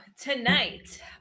tonight